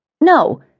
No